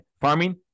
farming